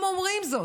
הם אומרים זאת.